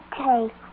Okay